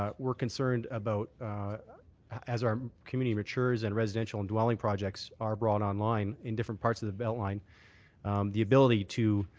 ah we're concerned about as our community matures and residential and dwelling projects are brought on line in different parts of thebelt line the ability to